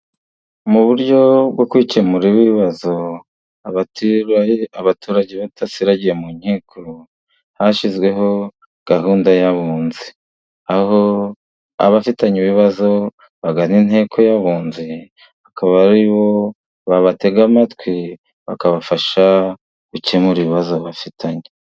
Mu buryo bwo gukemura ibibazo abaturage badasiragiye mu nkiko, hashyizweho gahunda y'abunzi aho abafitanye ibibazo, bagana inteko y'abunzi akaba aribo babatega amatwi, bakabafasha gukemura ibibazo bafitanye.